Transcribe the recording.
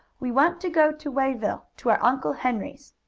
we want to go to wayville, to our uncle henry's,